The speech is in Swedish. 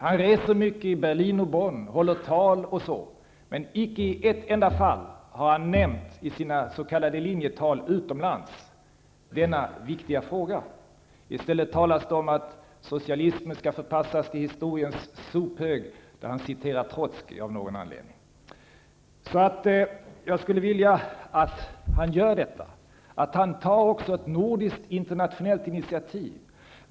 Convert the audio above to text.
Han reser ofta till Berlin och Bonn och håller tal, men inte i ett enda fall har han i sina s.k. linjetal utomlands nämnt denna viktiga fråga. I stället har statsministern talat om att socialismen skall förpassas till historiens sophög. Han citerar av någon anledning Trotskij. Jag skulle vilja att statsministern tog ett nordiskt internationellt initiativ.